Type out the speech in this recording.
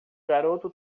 garoto